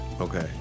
Okay